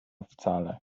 wcale